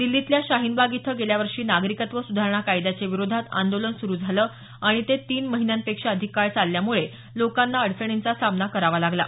दिल्लीतल्या शाहीनबाग इथं गेल्या वर्षी नागरिकत्त्व सुधारण कायद्याच्या विरोधात आंदोलन सुरु झालं आणि ते तीन महिन्यांपेक्षा अधिक काळ चालल्यामुळे लोकांना अडचणींचा सामना करावा लागला